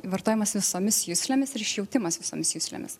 vartojamas visomis juslėmis ir išjautimas visomis juslėmis